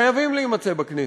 חייבים להימצא בכנסת.